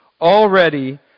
Already